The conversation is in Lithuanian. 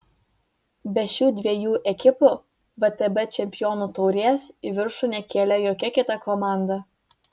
be šių dviejų ekipų vtb čempionų taurės į viršų nekėlė jokia kita komanda